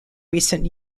recent